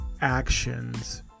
actions